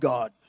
God